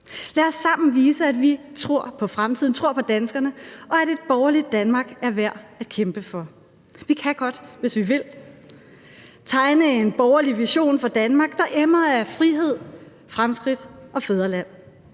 Lad os sammen vise, at vi tror på fremtiden, tror på danskerne, og at et borgerligt Danmark er værd at kæmpe for. Vi kan godt, hvis vi vil, tegne en borgerlig vision for Danmark, der emmer af frihed, fremskridt og fædreland.